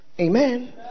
Amen